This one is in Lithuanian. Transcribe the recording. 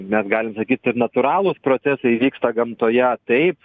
mes galim sakyt ir natūralūs procesai vyksta gamtoje taip